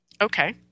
Okay